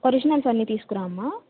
originals అన్ని తీసుకురామ్మ